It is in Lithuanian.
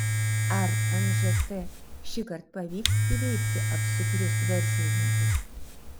ar nžt šįkart pavyks įveikti apsukrius verslininkus